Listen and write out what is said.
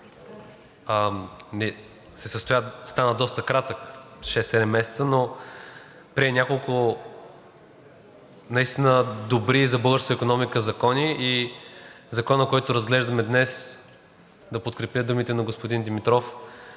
стана доста кратък – 6 – 7 месеца, но прие няколко наистина добри за българската икономика закони. И законът, който разглеждаме днес – да подкрепя думите на господин Димитров,